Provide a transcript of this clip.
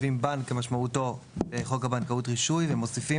כמשמעותו בחוק הבנקאות (רישוי), ומוסיפים